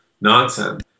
nonsense